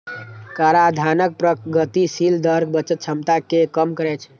कराधानक प्रगतिशील दर बचत क्षमता कें कम करै छै